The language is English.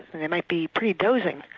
they might be pretty dozy,